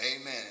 Amen